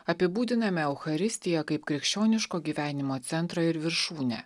apibūdiname eucharistiją kaip krikščioniško gyvenimo centrą ir viršūnę